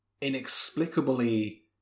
inexplicably